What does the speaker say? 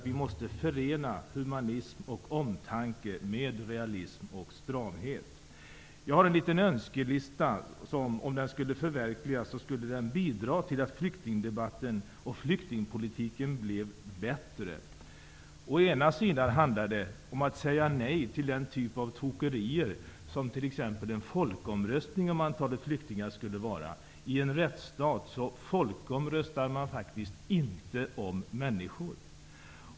Vi måste förena humanism och omtanke med realism och stramhet. Jag har en liten önskelista, som, om den skulle förverkligas, skulle bidra till att flyktingdebatten och flyktingpolitiken blev bättre. Å ena sidan handlar det om att säga nej till den typ av tokerier som t.ex. en folkomröstning om antalet flyktingar skulle innebära. I en rättsstat folkomröstar man faktiskt inte om människor.